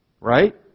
Right